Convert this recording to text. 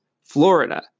Florida